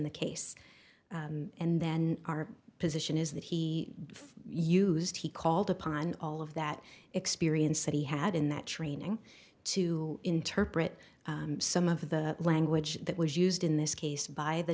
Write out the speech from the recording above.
the case and then our position is that he used he called upon all of that experience that he had in that training to interpret some of the language that was used in this case by the